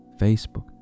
Facebook